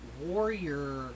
warrior